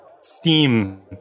steam